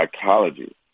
psychology